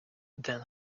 then